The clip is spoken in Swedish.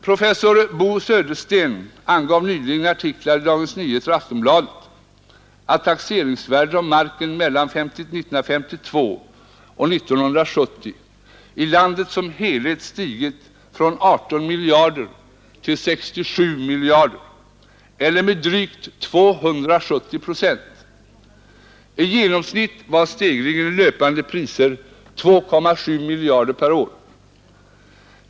Professor Bo Södersten angav nyligen i artiklar i Dagens Nyheter och Aftonbladet att taxeringsvärdet av marken mellan 1952 och 1970 i landet som helhet stigit från 18 miljarder till 67 miljarder eller med drygt 270 procent. I genomsnitt var stegringen i löpande priser 2,7 miljarder om året.